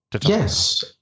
Yes